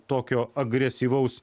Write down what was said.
tokio agresyvaus